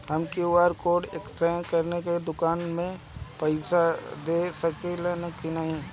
हम QR code scan करके दुकान में पईसा दे सकेला की नाहीं?